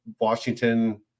Washington